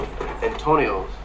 Antonio's